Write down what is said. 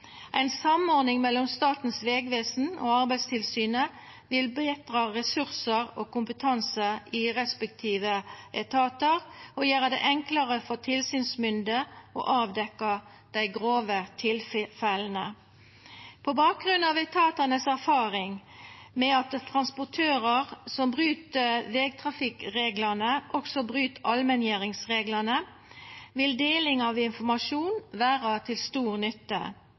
samordning mellom Statens vegvesen og Arbeidstilsynet vil betra ressursar og kompetanse i respektive etatar og gjera det enklare for tilsynsmynde å avdekkja dei grove tilfella. På bakgrunn av erfaringane etatane har med at transportørar som bryt vegtrafikkreglane, også bryt allmenngjeringsreglane, vil deling av informasjon vera til stor nytte.